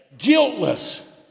guiltless